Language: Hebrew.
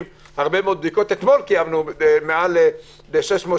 הרבה בדיקות אתמול קיימנו מעל 600,